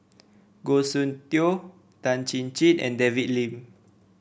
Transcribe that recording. Goh Soon Tioe Tan Chin Chin and David Lim